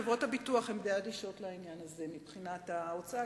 חברות הביטוח הן די אדישות לעניין הזה מבחינת ההוצאה,